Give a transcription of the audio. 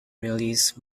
released